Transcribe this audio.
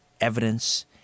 evidence